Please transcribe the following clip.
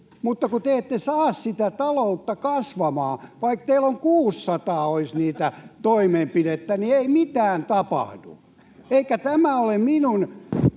Mutta kun te ette saa sitä taloutta kasvamaan. Vaikka teillä olisi 600 niitä toimenpiteitä, niin ei mitään tapahdu. Eikä tämä ole minun